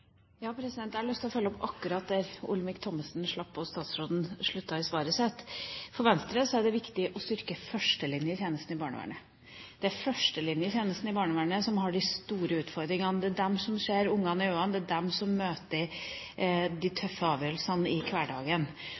Jeg har lyst til å følge opp akkurat der Olemic Thommessen slapp og statsråden sluttet i svaret sitt. For Venstre er det viktig å styrke førstelinjetjenesten i barnevernet. Det er førstelinjetjenesten i barnevernet som har de store utfordringene. Det er de som ser ungene i øynene, og det er de som møter de tøffe avgjørelsene i hverdagen.